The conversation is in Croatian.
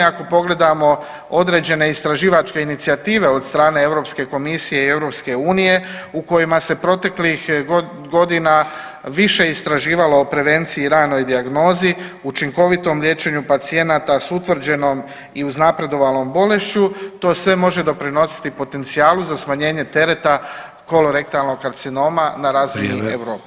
Ako pogledamo određene istraživačke inicijative od strane Europske komisije i EU u kojima se proteklih godina više istraživalo o prevenciji i ranoj dijagnozi, učinkovitom liječenju pacijenata s utvrđenom i uznapredovalom bolešću to sve može doprinositi potencijalu za smanjenje tereta kolorektalnog karcinoma na razini Europe.